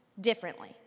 differently